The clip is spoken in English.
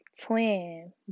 twin